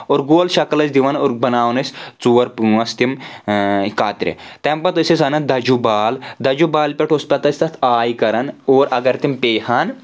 اور گول شکل ٲسۍ دِوَان اور بناوَان ٲسۍ ژور پانٛژھ تِم کترِ تَمہِ پتہٕ ٲسۍ أسۍ انَان دَجوٗ بال دَجوٗ بالہِ پؠٹھ اوس پتہٕ ٲسۍ تَتھ آی کرَان اور اگر تِم پے ہَن